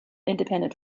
independent